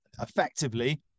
effectively